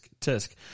tisk